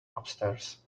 upstairs